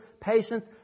patience